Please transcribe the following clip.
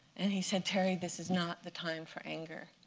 and he said terry, this is not the time for anger.